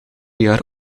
jaar